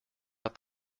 out